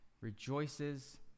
Rejoices